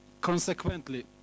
Consequently